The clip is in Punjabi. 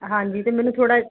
ਹਾਂਜੀ ਅਤੇ ਮੈਨੂੰ ਥੋੜ੍ਹਾ